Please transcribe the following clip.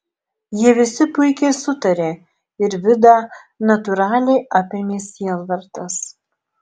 jie visi puikiai sutarė ir vidą natūraliai apėmė sielvartas